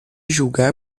julgar